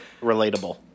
Relatable